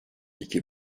iki